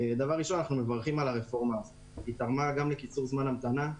אנחנו מברכים על הרפורמה שתרמה לקיצור זמן המתנה,